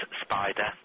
spider